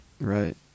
Right